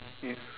ya